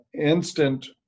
instant